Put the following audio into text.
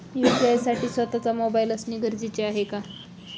UPI साठी स्वत:चा mobile असणे गरजेचे आहे का?